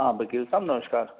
हां बकील साह्ब नमस्कार